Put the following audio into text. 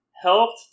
helped